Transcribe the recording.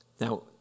Now